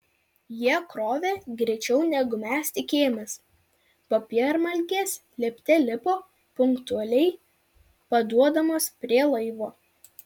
jie krovė greičiau negu mes tikėjomės popiermalkės lipte lipo punktualiai paduodamos prie laivo